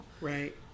right